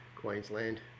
Queensland